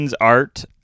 Art